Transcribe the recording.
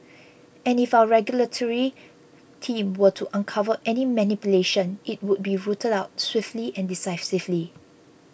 and if our regulatory team were to uncover any manipulation it would be rooted out swiftly and decisively